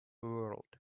world